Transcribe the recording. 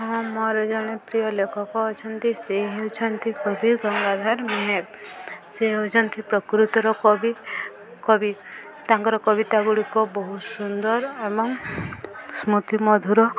ହଁ ମୋର ଜଣେ ପ୍ରିୟ ଲେଖକ ଅଛନ୍ତି ସେ ହେଉଛନ୍ତି କବି ଗଙ୍ଗାଧର ମେହେର୍ ସେ ହେଉଛନ୍ତି ପ୍ରକୃତର କବି କବି ତାଙ୍କର କବିତା ଗୁଡ଼ିକ ବହୁତ ସୁନ୍ଦର ଏବଂ ସ୍ମୃତିମଧୁର